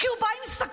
כי הוא בא עם סכין,